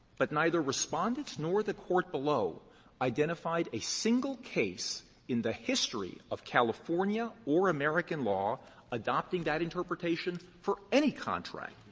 but neither respondents nor the court below identified a single case in the history of california or american law adopting that interpretation for any contract.